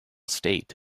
state